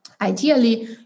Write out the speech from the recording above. ideally